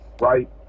right